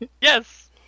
Yes